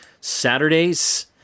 Saturdays